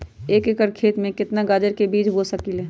एक एकर खेत में केतना गाजर के बीज बो सकीं ले?